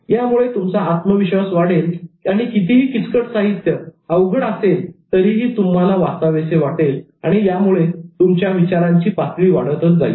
यामुळे तुमचा आत्मविश्वास वाढेल आणि कितीही किचकट साहित्य अवघड असेल तरीही तुम्हाला वाचावेसे वाटेल आणि यामुळे तुमची विचारांची पातळी वाढतच जाईल